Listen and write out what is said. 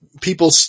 people